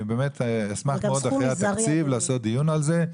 אני באמת אשמח מאוד אחרי התקציב לעשות דיון על זה.